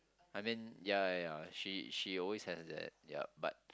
I mean ya ya ya she she always has that ya but